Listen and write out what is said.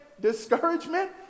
discouragement